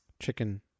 Chicken